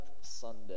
Sunday